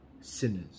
Sinners